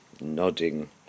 Nodding